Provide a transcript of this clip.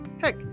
Heck